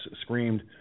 screamed